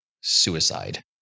suicide